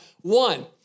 one